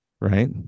right